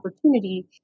opportunity